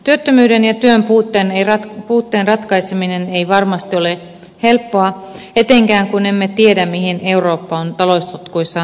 työttömyyden ja työn puutteen ratkaiseminen ei varmasti ole helppoa etenkään kun emme tiedä mihin eurooppa on taloussotkuissaan menossa